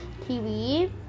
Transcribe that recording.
TV